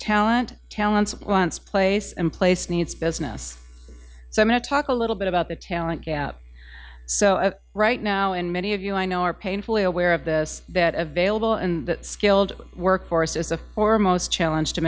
talent talents once place in place needs business so i met talk a little bit about the talent gap so right now and many of you i know are painfully aware of this that available and skilled workforce is a foremost challenge